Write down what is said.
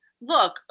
Look